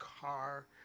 car